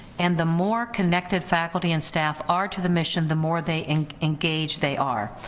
and the more connected faculty and staff are to the mission the more they engaged they are,